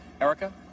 Erica